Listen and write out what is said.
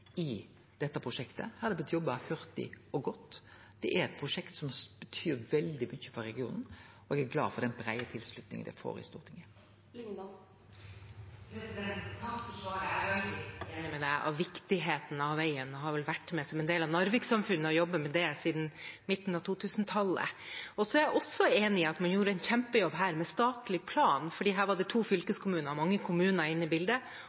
i dette prosjektet. Her har det blitt jobba hurtig og godt. Det er eit prosjekt som betyr veldig mykje for regionen, og eg er glad for den breie tilslutninga det får i Stortinget. Takk for svaret. Jeg er veldig enig med deg i viktigheten av veien og har vært med som en del av Narvik-samfunnet og jobbet med det siden midten av 2000-tallet. Så er jeg også enig i at man gjorde en kjempejobb med statlig plan, for her var det to fylkeskommuner og mange kommuner inne i bildet.